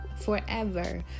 forever